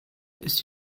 ist